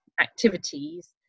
activities